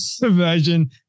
version